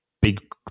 big